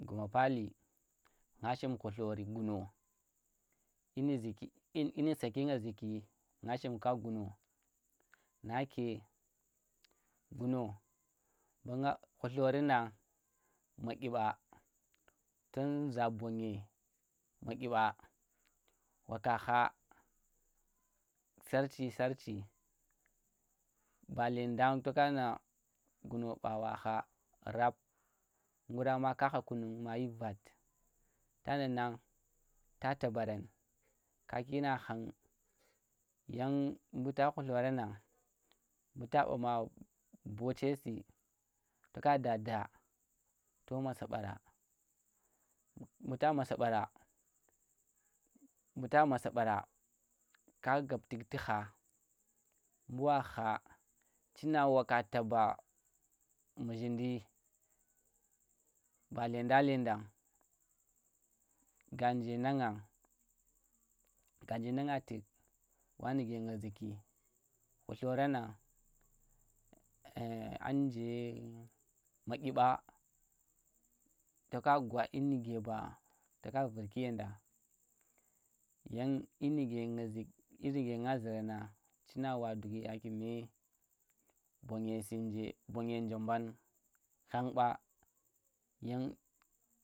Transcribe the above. Guma pali nga shim khullori guno dyi nu suki, dyinu saki nga zuki nga shimka guno nake guno mbu nga, khullorinɗa madyi ɓa ton za bonye madyi ɓa. Waita kha, sarci sarci ba lendang toka na guno ɓa wa kha rab nguro ma ka kha kunung mayi vat tana nang ta tabaran, kaki na khang yang mbu ta khulloran nang mbu ta ma bote su̱ tokada daa to masa ɓara. m- mbu ta masa ɓara, mbu ta maba ɓara ka gap tuk lu kha mbu wa kha cinna waka taba muzhinndi ba ledang ledang ga nje nang ngeng, ga nje nang ngang tuk wa nuge nga zuki khulloraneng anje madyi ɓa toka gwa dyinuge ba toka virki yenɗa. Yan ɗyinu ge nga zuki dyi nuge nga zu ran neng china wa duk ya kume bonye su nje, bonge nu mbem khang ba yang.